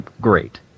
great